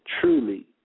Truly